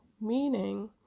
Meaning